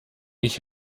ich